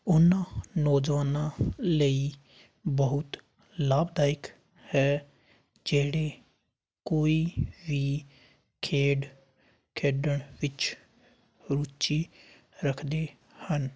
ਉਹਨਾਂ ਨੌਜਵਾਨਾਂ ਲਈ ਬਹੁਤ ਲਾਭਦਾਇਕ ਹੈ ਜਿਹੜੀ ਕੋਈ ਵੀ ਖੇਡ ਖੇਡਣ ਵਿੱਚ ਰੁਚੀ ਰੱਖਦੇ ਹਨ